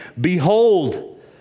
Behold